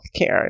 healthcare